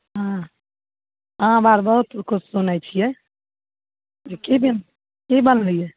हॅं आम आर बहुत किछु सुनै छियै एकही दिन की बनलैये